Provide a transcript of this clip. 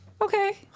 okay